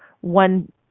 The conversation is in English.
one